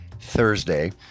Thursday